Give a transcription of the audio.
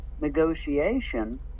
negotiation